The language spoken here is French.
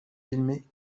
filmé